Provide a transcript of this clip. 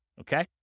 Okay